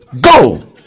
Go